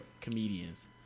comedians